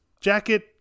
jacket